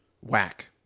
Whack